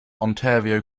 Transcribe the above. ontario